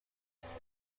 kessel